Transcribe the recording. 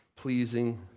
pleasing